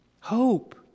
hope